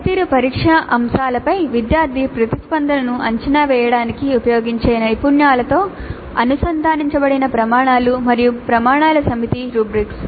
పనితీరు పరీక్షా అంశాలపై విద్యార్థి ప్రతిస్పందనను అంచనా వేయడానికి ఉపయోగించే నైపుణ్యాలతో అనుసంధానించబడిన ప్రమాణాలు మరియు ప్రమాణాల సమితి రుబ్రిక్స్